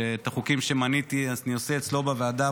שאת החוקים שמניתי אני עושה אצלו בוועדה,